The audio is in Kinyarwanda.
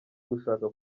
gushaka